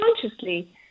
consciously